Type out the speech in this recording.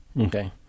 Okay